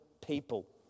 people